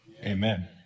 Amen